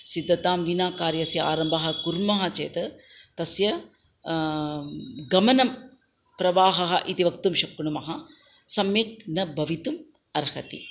सिद्धतां विना कार्यस्य आरम्भः कुर्मः चेत् तस्य गमनं प्रवाहः इति वक्तुं शक्नुमः सम्यक् न भवितुम् अर्हति